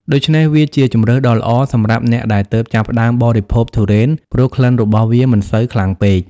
ដូច្នេះវាជាជម្រើសដ៏ល្អសម្រាប់អ្នកដែលទើបចាប់ផ្ដើមបរិភោគទុរេនព្រោះក្លិនរបស់វាមិនសូវខ្លាំងពេក។